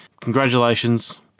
congratulations